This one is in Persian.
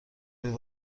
کنید